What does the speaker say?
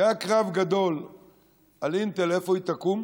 כי היה קרב גדול על אינטל, איפה היא תקום: